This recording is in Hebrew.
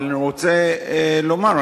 אבל אני רוצה לומר,